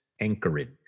anchorage